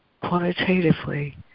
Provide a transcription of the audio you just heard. quantitatively